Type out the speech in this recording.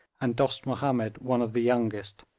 and dost mahomed one of the youngest.